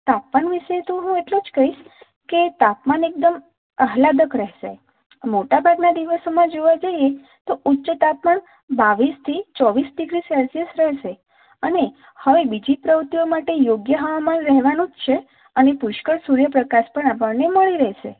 તાપમાન વિશે તો હું એટલું જ કહીશ કે તાપમાન એકદમ અહ્લાદક મોટાભાગના દિવસોમાં જોવા જઈએ તો ઊચ્ચ તાપમાન બાવીસથી ચોવીસ ડીગ્રી સેલ્સિયસ રહેશે અને હવે બીજી પ્રવૃત્તિઓ માટે યોગ્ય હવામાન રહેવાનું જ છે અને પુષ્કળ સૂર્યપ્રકાશ પણ આપણને મળી રહેશે